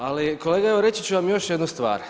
Ali, kolega, evo, reći ću vam još jednu stvar.